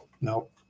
nope